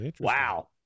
Wow